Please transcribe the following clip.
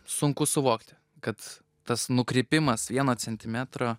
sunku suvokti kad tas nukrypimas vieno centimetro